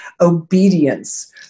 obedience